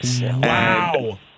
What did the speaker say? wow